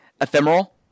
Ephemeral